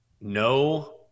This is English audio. No